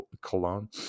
cologne